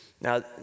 Now